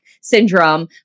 syndrome